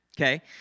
Okay